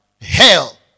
hell